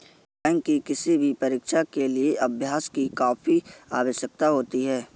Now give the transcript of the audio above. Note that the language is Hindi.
बैंक की किसी भी परीक्षा के लिए अभ्यास की काफी आवश्यकता होती है